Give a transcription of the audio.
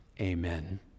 Amen